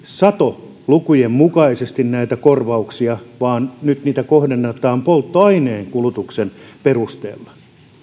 satolukujen mukaisesti näitä korvauksia vaan nyt niitä kohdennetaan polttoaineen kulutuksen perusteella